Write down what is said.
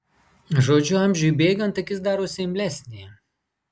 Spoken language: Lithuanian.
žodžiu amžiui bėgant akis darosi imlesnė